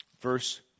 verse